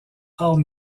art